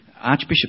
Archbishop